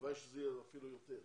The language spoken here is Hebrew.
הלוואי שזה יהיה אפילו יותר,